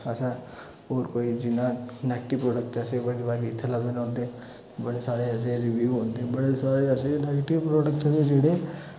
असें होर कोई जि'यां नेगेटिव प्रोडक्ट जैसे बड़े बारी इ'त्थें लभदे रौह्ंदे बडे़ सारे ऐसे रिव्यु औंदे बड़े सारे ऐसे नेगेटिव प्रोडक्ट ऐ जेह्ड़े